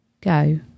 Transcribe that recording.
go